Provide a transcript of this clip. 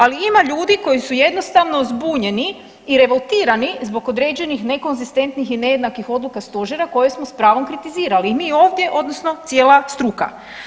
Ali ima ljudi koji su jednostavno zbunjeni i revoltirani zbog određenih nekonzistentnih i nejednakih odluka Stožera koje smo s pravom kritizirali i mi ovdje odnosno cijela struka.